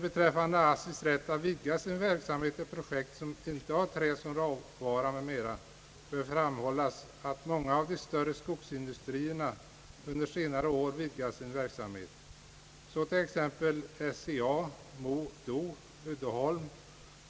Beträffande ASSI:s rätt att vidga sin verksamhet till projekt som inte har trä som råvara m.m. bör framhållas att många av de större skogsindustrier na under senare år vidgat sin verksamhet, t.ex. SCA, Mo och Domsjö samt Uddeholm.